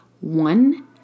one